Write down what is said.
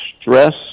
stress